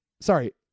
sorry